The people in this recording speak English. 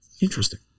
Interesting